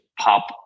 pop